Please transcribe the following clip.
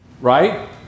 Right